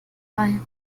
bei